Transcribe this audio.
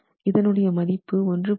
இதன் உடைய மதிப்பு 1